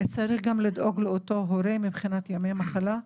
צריך לדאוג גם לאותו הורה מבחינת ימי מחלה,